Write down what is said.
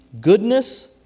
goodness